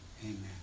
Amen